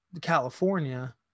California